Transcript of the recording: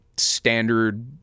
standard